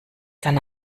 dann